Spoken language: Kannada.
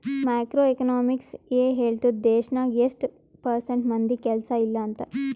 ಮ್ಯಾಕ್ರೋ ಎಕನಾಮಿಕ್ಸ್ ಎ ಹೇಳ್ತುದ್ ದೇಶ್ನಾಗ್ ಎಸ್ಟ್ ಪರ್ಸೆಂಟ್ ಮಂದಿಗ್ ಕೆಲ್ಸಾ ಇಲ್ಲ ಅಂತ